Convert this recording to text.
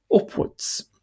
upwards